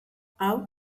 hau